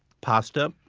pasta,